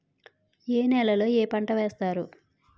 ఏ నేలలో ఏ పంట వేస్తారు?